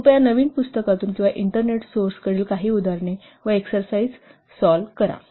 तर कृपया नवीन पुस्तकातून किंवा इंटरनेट सोर्सकडील काही उदाहरणे व एक्सरसाईज सॉल्व करा